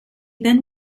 then